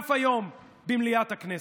הונף היום במליאת הכנסת.